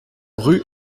rue